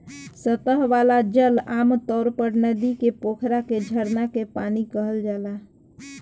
सतह वाला जल आमतौर पर नदी के, पोखरा के, झरना के पानी कहल जाला